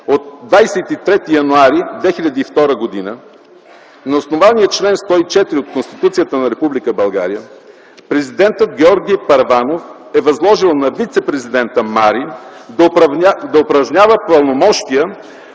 от 23 януари 2002 г., на основание чл. 104 от Конституцията на Република България, президентът Георги Първанов е възложил на вицепрезидента Марин да упражнява правомощия